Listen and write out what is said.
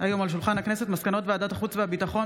השנייה והשלישית, ותיכנס לספר החוקים.